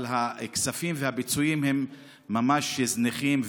אבל הכספים והביצועים הם ממש זניחים,